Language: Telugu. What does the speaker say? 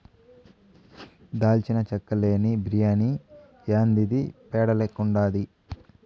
దాల్చిన చెక్క లేని బిర్యాని యాందిది పేడ లెక్కుండాది